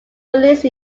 released